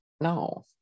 No